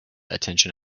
attention